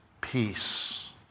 peace